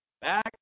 back